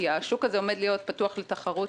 כי השוק הזה עומד להיות פתוח לתחרות.